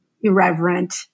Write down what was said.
irreverent